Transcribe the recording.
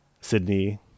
Sydney